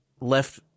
left